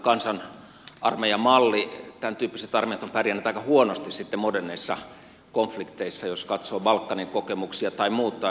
tämmöinen kansanarmeija malli tämän tyyppiset armeijat ovat pärjänneet aika huonosti sitten moderneissa konflikteissa jos katsoo balkanin kokemuksia tai muuta